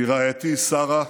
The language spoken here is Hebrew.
מרעייתי שרה,